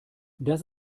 das